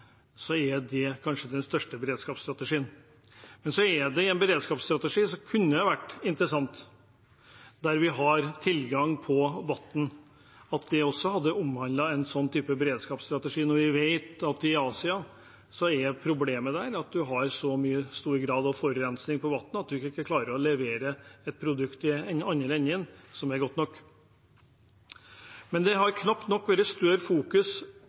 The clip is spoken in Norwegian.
kanskje den største beredskapsstrategien. Men i en beredskapsstrategi kunne det vært interessant at tilgang på vann også hadde blitt omhandlet, når vi vet at i Asia er problemet at man har en så stor grad av forurensning av vannet at man ikke klarer å levere et produkt i den andre enden som er godt nok. Det har knapt nok vært større